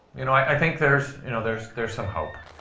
you know, i think there's you know, there's there's some hope.